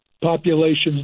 Populations